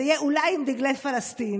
זה יהיה אולי עם דגלי פלסטין,